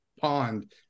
pond